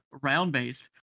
round-based